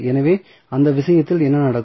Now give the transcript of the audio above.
எனவே அந்த விஷயத்தில் என்ன நடக்கும்